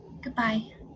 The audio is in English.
Goodbye